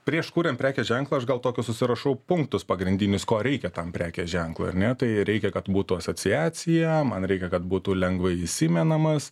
prieš kurian prekės ženklą aš gal tokius susirašau punktus pagrindinius ko reikia tam prekės ženklui ar ne tai reikia kad būtų asociacija man reikia kad būtų lengvai įsimenamas